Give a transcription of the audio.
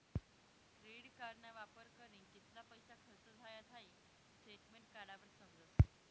credit कार्डना वापर करीन कित्ला पैसा खर्च झायात हाई स्टेटमेंट काढावर समजस